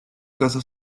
casa